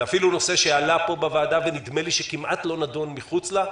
וגם נושא שעלה בוועדה וכמעט לא עלה מחוץ לה,